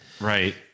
Right